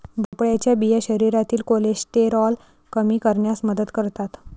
भोपळ्याच्या बिया शरीरातील कोलेस्टेरॉल कमी करण्यास मदत करतात